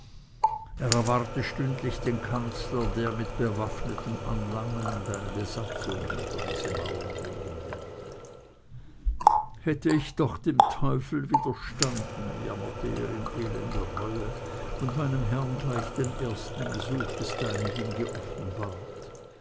er erwarte stündlich den kanzler der mit bewaffneten anlangen und eine besatzung hinter diese mauern legen werde hätte ich doch dem teufel widerstanden jammerte er in elender reue und meinem herrn gleich den ersten besuch des deinigen geoffenbart